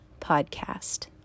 Podcast